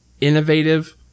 innovative